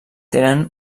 tenen